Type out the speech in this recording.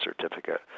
certificate